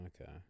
Okay